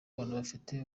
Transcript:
bafite